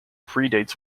predates